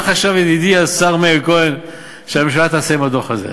מה חשב ידידי השר מאיר כהן שהממשלה תעשה עם הדוח הזה?